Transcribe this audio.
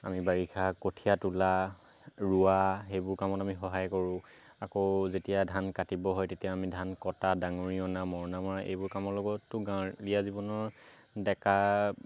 আমি বাৰিষা কঠীয়া তোলা ৰুৱা সেইবোৰ কামত আমি সহায় কৰোঁ আকৌ যেতিয়া ধান কাটিব হয় তেতিয়া আমি ধান কটা ডাঙৰি অনা মৰণা মৰা এইবোৰ কামৰ লগতো গাঁৱলীয়া জীৱনৰ ডেকা